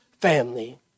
family